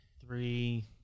Three